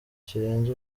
kirenze